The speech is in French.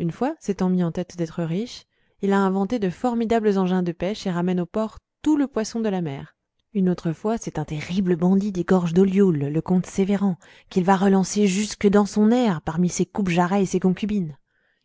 une fois s'étant mis en tête d'être riche il a inventé de formidables engins de pêche et ramène au port tout le poisson de la mer une autre fois c'est un terrible bandit des gorges d'ollioules le comte sévéran qu'il va relancer jusque dans son aire parmi ses coupe-jarrets et ses concubines